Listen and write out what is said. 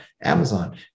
Amazon